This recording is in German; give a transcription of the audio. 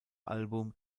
album